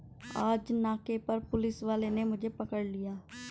आज नाके पर पुलिस वाले ने मुझे पकड़ लिया